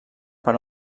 per